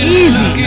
easy